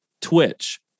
Twitch